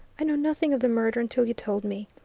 i knew nothing of the murder until you told me.